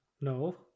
No